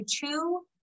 two